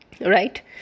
Right